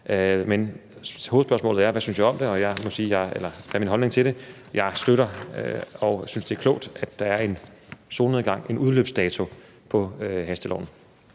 Men hovedspørgsmålet er: Hvad er min holdning til det? Jeg må sige, at jeg støtter det og synes, det er klogt, at der er en solnedgang, en udløbsdato, på hasteloven.